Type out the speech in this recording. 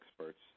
experts